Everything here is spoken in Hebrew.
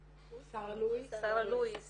שרה לואיס